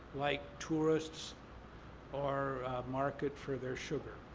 like tourists or market for their sugar.